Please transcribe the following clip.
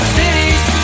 cities